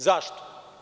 Zašto?